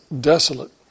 desolate